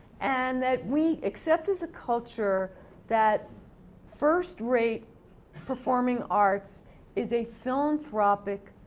and, that we accept as a culture that first rate performing arts is a philanthropic